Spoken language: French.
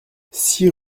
six